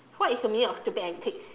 what is the meaning of stupid antics